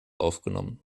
aufgenommen